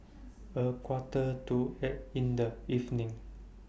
A Quarter to eight in The evening